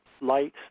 lights